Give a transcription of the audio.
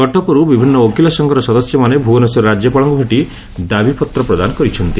କଟକରୁ ବିଭିନୁ ଓକିଲ ସଂଘର ସଦସ୍ୟମାନେ ଭୁବନେଶ୍ୱରରେ ରାଜ୍ୟପାଳଙ୍କୁ ଭେଟି ଦାବିପତ୍ର ପ୍ରଦାନ କରିଛନ୍ତି